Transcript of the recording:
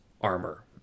armor